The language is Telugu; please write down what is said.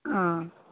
ఆ